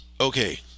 Okay